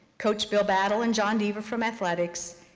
coach bill battle and john dever from athletics,